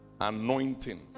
anointing